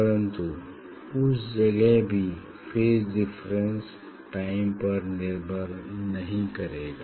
परन्तु उस जगह भी फेज डिफरेंस टाइम पर निर्भर नहीं करेगा